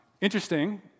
interesting